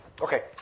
Okay